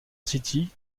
city